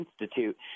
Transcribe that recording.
Institute